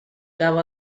cabo